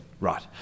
right